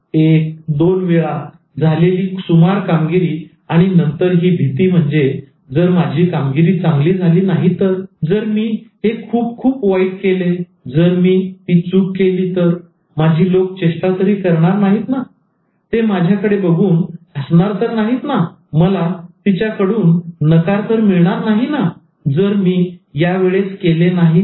एक दोन वेळा झालेली सुमार कामगिरी आणि नंतर ही भीती म्हणजे जर माझी कामगिरी चांगली झाली नाही तर जर मी हे खूप खूप वाईट केले जर मी ती चूक केली माझी लोक चेष्टा तरी करणार नाहीत ना ते माझ्याकडे बघून हसणार तर नाहीत ना मला तिच्याकडून नकार तर मिळणार नाही ना जर मी या वेळेस केले नाही तर